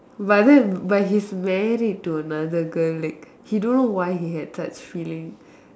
but then but he's married to another girl like he don't know why he had such feeling